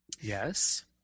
Yes